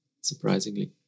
surprisingly